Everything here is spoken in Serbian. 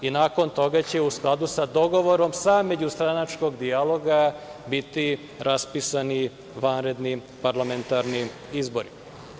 Nakon toga će, u skladu sa dogovorom sa međustranačkog dijaloga, biti raspisani vanredni parlamentarni izbori.